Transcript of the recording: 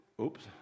Oops